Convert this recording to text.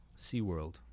SeaWorld